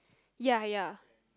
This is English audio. ya ya